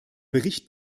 bericht